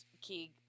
Key